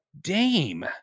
Dame